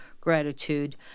gratitude